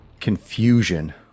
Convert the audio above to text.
confusion